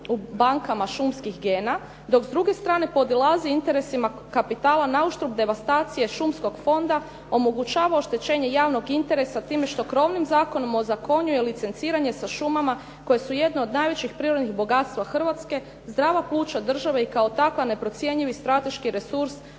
u bankama šumskih gena dok s druge strane podilazi interesima kapitala na uštrb devastacije šumskog fonda omogućava oštećenje javnog interesa time što krovnim zakonom ozakonjuje licenciranje sa šumama koje su jedno od najvećih prirodnih bogatstava Hrvatske, zdrava pluća države i kao takva neprocjenjivi strateški resurs